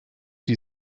die